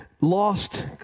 lost